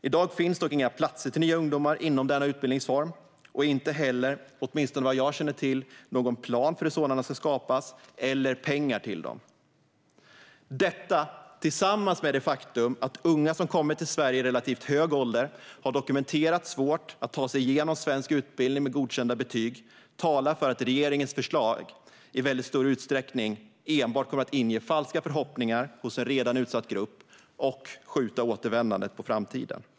I dag finns dock inga platser till nya ungdomar inom denna utbildningsform och inte heller, åtminstone vad jag känner till, någon plan för hur sådana ska skapas eller pengar till det. Detta tillsammans med det faktum att unga som kommit till Sverige i relativt hög ålder har dokumenterat svårt att ta sig igenom svensk utbildning med godkända betyg talar för att regeringens förslag, i väldigt stor utsträckning, enbart kommer att inge falska förhoppningar hos en redan utsatt grupp och skjuta återvändandet på framtiden.